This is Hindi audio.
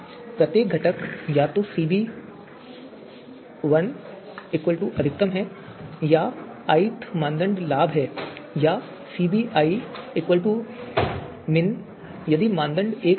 प्रत्येक घटक या तो cb अधिकतम है यदि i th मानदंड लाभ है या cb min यदि मानदंड एक लागत है